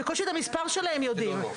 בקושי את המספר שלהן יודעים.